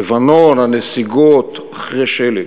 לבנון, הנסיגות אחרי של"ג,